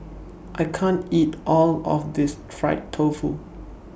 I can't eat All of This Fried Tofu